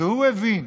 והוא הבין